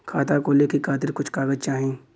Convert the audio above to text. खाता खोले के खातिर कुछ कागज चाही?